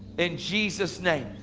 in jesus name.